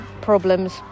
problems